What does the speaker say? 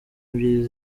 ebyiri